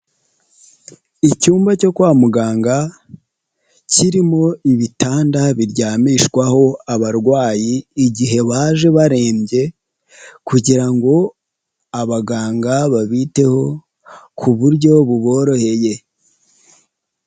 Icyumba cyo kwa muganga kirimo ibitanda biryamishwaho abarwayi igihe baje barembye kugira ngo abaganga babiteho ku buryo buboroheye.